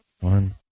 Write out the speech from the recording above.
One